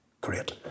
great